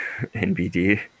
NBD